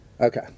okay